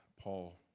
Paul